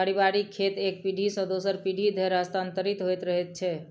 पारिवारिक खेत एक पीढ़ी सॅ दोसर पीढ़ी धरि हस्तांतरित होइत रहैत छै